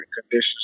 conditions